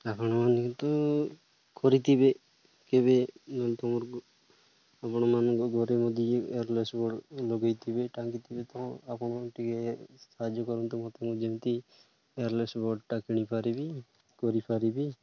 ଆପଣମାନେ କିନ୍ତୁ କରିଥିବେ କେବେ ତ ମୋର ଆପଣମାନଙ୍କ ଘରେ ମଧ୍ୟ ଯଏ ୱାୟର୍ଲେସ୍ ବଡ଼୍ ଲଗାଇଥିବେ ଟାଙ୍ଗିଥିବେ ତ ଆପଣ ଟିକେ ସାହାଯ୍ୟ କରନ୍ତୁ ମୋତେ ମୁଁ ଯେମିତି ୱାୟର୍ଲେସ୍ ବଡ଼୍ଟା କିଣିପାରିବି କରିପାରିବି